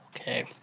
Okay